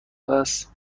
است